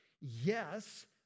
Yes